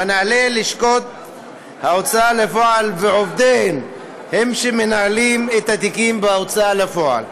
מנהלי לשכות ההוצאה לפועל ועובדיהן הם שמנהלים את התיקים בהוצאה לפועל.